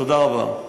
תודה רבה.